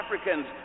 Africans